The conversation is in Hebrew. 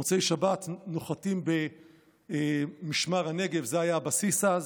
במוצאי שבת נוחתים במשמר הנגב, זה היה הבסיס אז,